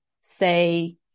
say